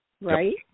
right